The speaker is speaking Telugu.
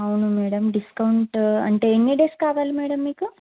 అవును మేడం డిస్కౌంట్ అంటే ఎన్ని డేస్ కావాలి మేడం మీకు